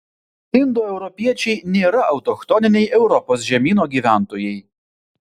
indoeuropiečiai nėra autochtoniniai europos žemyno gyventojai